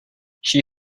she